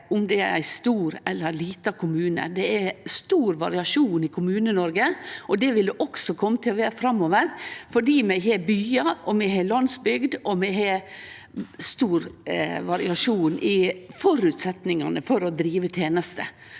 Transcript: om det er ein stor eller liten kommune. Det er stor variasjon i Kommune-Noreg, og det vil det òg kome til å vere framover, fordi vi har byar, vi har landsbygd, og vi har stor variasjon i føresetnadane for å drive tenester.